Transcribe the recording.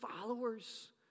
followers